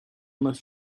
must